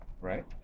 right